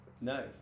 No